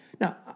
Now